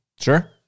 Sure